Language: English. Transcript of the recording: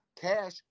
cash